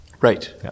Right